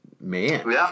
man